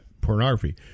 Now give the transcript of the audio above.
pornography